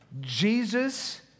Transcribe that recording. Jesus